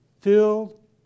Filled